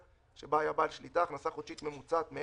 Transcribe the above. אנחנו מציעים להאריך את התקופה לשבעה ימי עסקים.